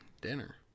dinner